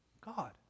God